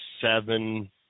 seven